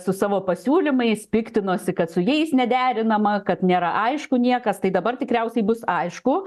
su savo pasiūlymais piktinosi kad su jais nederinama kad nėra aišku niekas tai dabar tikriausiai bus aišku